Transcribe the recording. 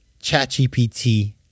ChatGPT